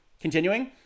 Continuing